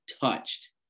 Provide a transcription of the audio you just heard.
touched